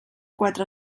quatre